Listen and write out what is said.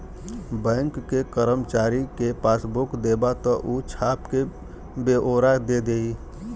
bank के करमचारी के पासबुक देबा त ऊ छाप क बेओरा दे देई